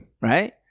Right